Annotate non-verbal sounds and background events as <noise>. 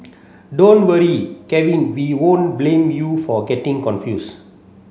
<noise> don't worry Kevin we won't blame you for getting confused